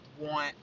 want